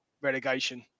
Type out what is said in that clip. relegation